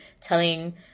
telling